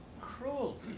cruelty